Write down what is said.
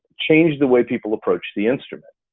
changed the way people approach the instrument.